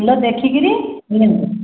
ଫୁଲ ଦେଖିକିରି ନେବେ